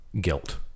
guilt